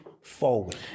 forward